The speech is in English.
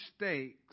mistakes